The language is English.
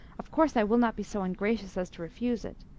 of course i will not be so ungracious as to refuse it.